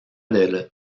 del